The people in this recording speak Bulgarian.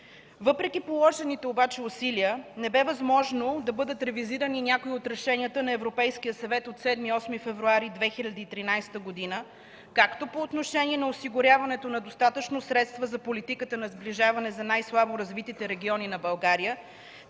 Въпреки положените обаче усилия не бе възможно да бъдат ревизирани някои от решенията на Европейския съвет от 7-8 февруари 2013 г. както по отношение на осигуряването на достатъчно средства за политиката на сближаване за най-слабо развитите региони на България,